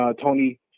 Tony